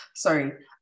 Sorry